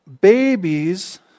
Babies